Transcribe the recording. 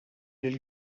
lill